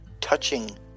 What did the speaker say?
touching